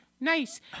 Nice